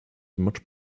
much